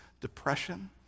Depression